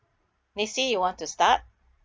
missy you want to start